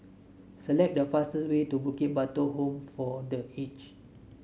select the fastest way to Bukit Batok Home for The Aged